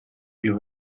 più